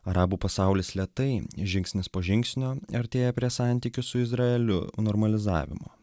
arabų pasaulis lėtai žingsnis po žingsnio artėja prie santykių su izraeliu normalizavimo